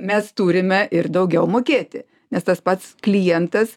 mes turime ir daugiau mokėti nes tas pats klientas